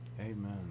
Amen